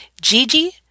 Gigi